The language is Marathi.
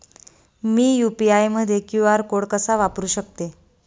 मी यू.पी.आय मध्ये क्यू.आर कोड कसा वापरु शकते?